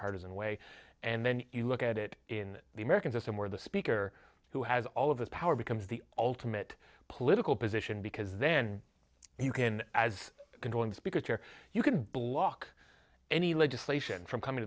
partisan way and then you look at it in the american system where the speaker who has all of this power becomes the ultimate political position because then you can as good ones because here you can block any legislation from coming